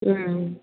उम